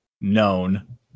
known